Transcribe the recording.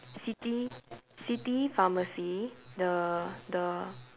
city city pharmacy the the